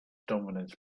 dominance